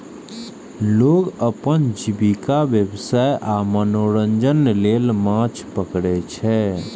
लोग अपन जीविका, व्यवसाय आ मनोरंजन लेल माछ पकड़ै छै